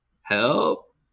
help